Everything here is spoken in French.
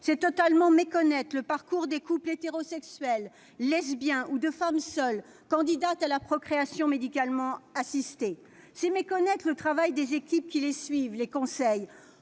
C'est totalement méconnaître le parcours des couples hétérosexuels, lesbiens ou de femmes seules candidats à la procréation médicalement assistée. C'est méconnaître le travail des équipes qui les suivent, les conseillent.